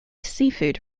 seafood